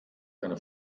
eine